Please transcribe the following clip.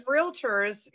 realtors